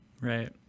Right